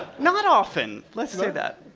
not often, let's say that!